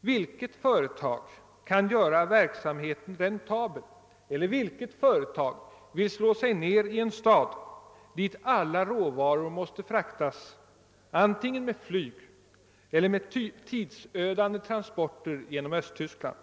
Vilket företag kan göra verksamheten räntabel och vilket företag vill slå sig ned i en stad dit alla råvaror måste fraktas antingen med flyg eller med tidsödande transporter genom öÖsttyskland?